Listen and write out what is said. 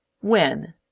When